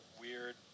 weird